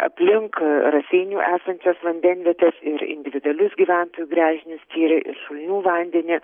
aplink raseinių esančias vandenvietes ir individualius gyventojų gręžinius tyrė ir šulinių vandenis